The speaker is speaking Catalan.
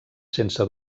sense